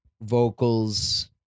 vocals